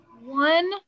one